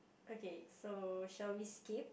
okay so shall we skip